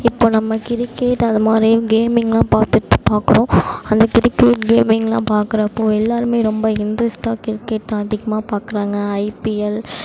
இப்போ நம்ம கிரிக்கெட் அதுமாரி கேமிங்லாம் பார்த்துட்டு பாக்கிறோம் அந்த கிரிக்கெட் கேமிங்லாம் பாக்கிறப்போ எல்லோருமே ரொம்ப இன்ட்ரெஸ்ட்டாக கிரிக்கெட்தான் அதிகமா பாக்கிறாங்க ஐபிஎல்